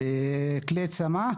כלי צמ"ה,